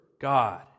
God